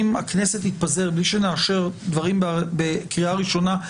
אם הכנסת תתפזר בלי שנאשר דברים בקריאה הראשונה,